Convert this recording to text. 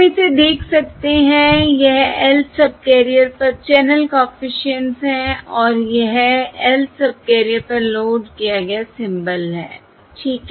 तो हम इसे देख सकते हैं यह Lth सबकैरियर पर चैनल कॉफिशिएंट्स है और यह Lth सबकैरियर पर लोड किया गया सिंबल है ठीक है